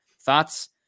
Thoughts